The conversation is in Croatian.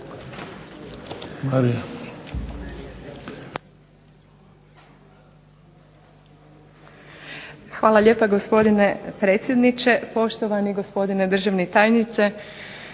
Hvala lijepa gospodine predsjedniče, poštovani gospodine državni tajniče,